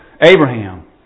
Abraham